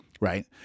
Right